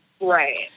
Right